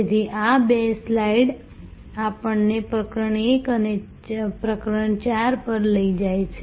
તેથી આ બે સ્લાઇડ્સ આપણને પ્રકરણ 1 થી પ્રકરણ 4 પર લઈ જાય છે